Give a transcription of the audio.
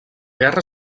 guerra